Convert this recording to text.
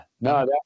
No